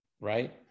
Right